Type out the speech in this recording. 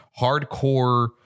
hardcore